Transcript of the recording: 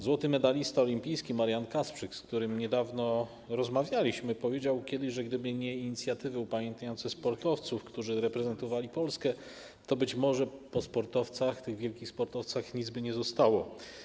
Złoty medalista olimpijski Marian Kasprzyk, z którym niedawno rozmawialiśmy, powiedział kiedyś, że gdyby nie inicjatywy upamiętniające sportowców, którzy reprezentowali Polskę, być może po tych wielkich sportowcach nic by nie zostało.